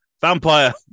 Vampire